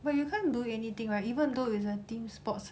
but you can't do anything right even though it's a team sports